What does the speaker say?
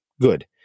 Good